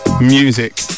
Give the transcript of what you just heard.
music